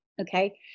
okay